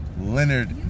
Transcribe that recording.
Leonard